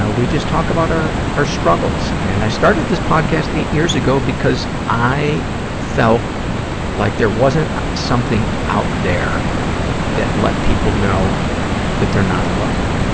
we just talk about our, our struggles. and i started this podcast eight years ago because i felt like there wasn't something out there that let people know that they're not alone.